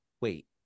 wait